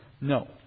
No